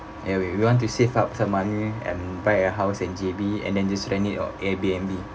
ya we we want to save up some money and buy a house in J_B and then just rent it on airbnb